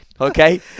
Okay